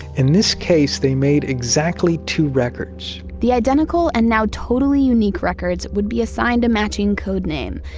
in this case, they made exactly two records the identical and now totally unique records would be assigned a matching code name,